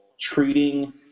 treating